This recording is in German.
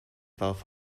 warf